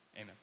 Amen